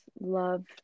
love